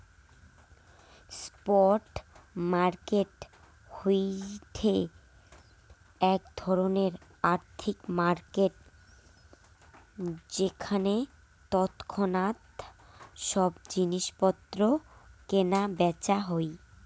spot market হয়ঠে এক ধরণের আর্থিক মার্কেট যেখানে তৎক্ষণাৎ সব জিনিস পত্র কেনা বেচা হই